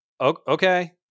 okay